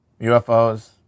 UFOs